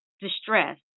distress